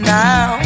now